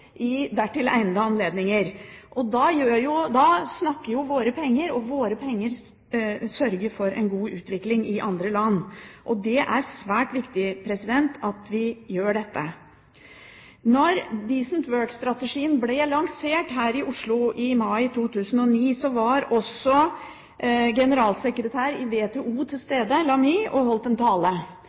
dertil egnede anledninger. Da snakker jo våre penger, og våre penger sørger for en god utvikling i andre land, og det er svært viktig at vi gjør dette. Da «decent work»-strategien ble lansert her i Oslo i mai 2009, var også generalsekretæren i WTO, Lamy, til stede og holdt en tale.